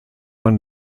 man